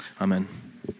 Amen